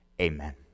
Amen